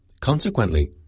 Consequently